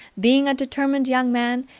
being a determined young man,